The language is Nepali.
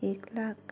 एक लाख